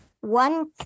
One